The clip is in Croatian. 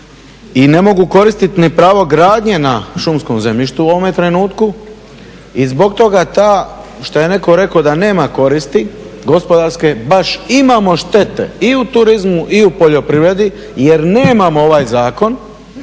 i ne mogu koristiti ni pravo gradnje na šumskom zemljištu u ovome trenutku. I zbog toga ta, šta je netko rekao da nema koristi gospodarske baš imamo štete i u turizmu i u poljoprivredi jer nemamo ovaj zakon